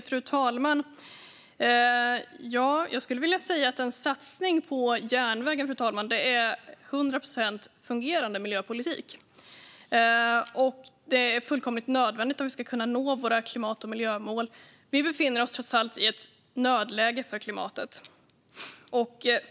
Fru talman! Jag skulle vilja säga att en satsning på järnvägar är 100 procent fungerande miljöpolitik. Det är fullkomligt nödvändigt om vi ska kunna nå våra klimat och miljömål. Vi befinner oss trots allt i ett nödläge för klimatet.